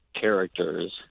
characters